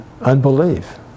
unbelief